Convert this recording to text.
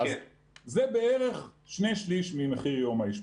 זה בערך שני שליש ממחיר יום האשפוז.